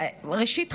ראשית,